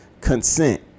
Consent